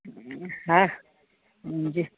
हा जी